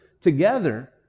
together